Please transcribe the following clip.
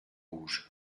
rouge